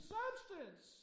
substance